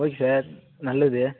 okay sir நல்லது